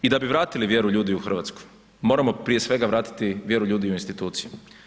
I da bi vratili vjeru ljudi u Hrvatsku, moramo prije svega vratiti vjeru ljudi u institucije.